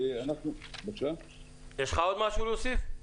יש לך עוד מה להוסיף?